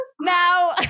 Now